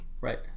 Right